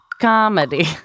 comedy